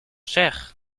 chers